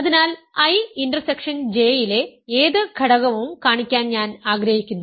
അതിനാൽ I intersection J യിലെ ഏത് ഘടകവും കാണിക്കാൻ ഞാൻ ആഗ്രഹിക്കുന്നു